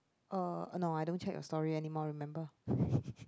oh oh no I don't check your story anymore remember